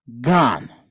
gone